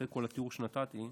אחרי כל התיאור שנתתי: